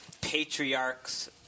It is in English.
patriarchs